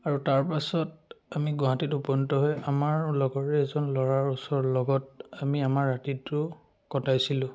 আৰু তাৰপাছত আমি গুৱাহাটীত উপনীত হৈ আমাৰ লগৰে এজন ল'ৰাৰ ওচৰৰ লগত আমি আমাৰ ৰাতিটো কটাইছিলোঁ